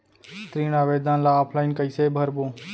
ऋण आवेदन ल ऑफलाइन कइसे भरबो?